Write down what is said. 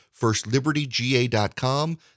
FirstLibertyGA.com